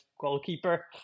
goalkeeper